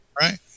Right